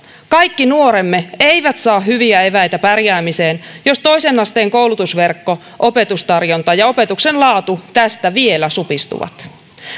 kaikki nuoremme eivät saa hyviä eväitä pärjäämiseen jos toisen asteen koulutusverkko opetustarjonta ja opetuksen laatu tästä vielä supistuvat